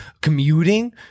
commuting